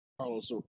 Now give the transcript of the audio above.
Carlos